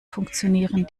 funktionieren